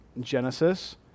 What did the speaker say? Genesis